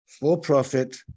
for-profit